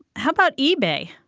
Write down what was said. how about ebay?